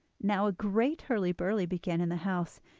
now a great hurry-burly began in the house,